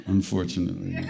Unfortunately